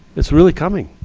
it's really coming.